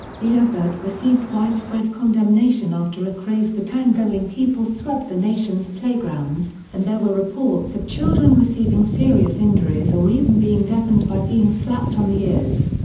the advert received widespread condemnation after a craze for tangoing people swept the nation's playgrounds, and there were reports of children receiving serious injuries or even being deafened by being slapped on the ears.